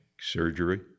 surgery